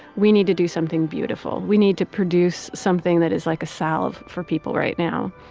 we need to do something beautiful we need to produce something that is like a salve for people right now.